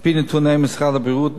על-פי נתוני משרד הבריאות,